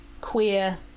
queer